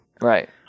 Right